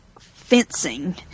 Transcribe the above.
fencing